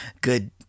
good